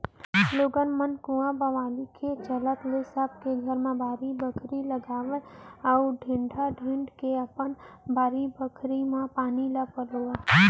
लोगन मन कुंआ बावली के चल ले सब के घर बाड़ी बखरी लगावय अउ टेड़ा टेंड़ के अपन बारी बखरी म पानी पलोवय